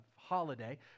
holiday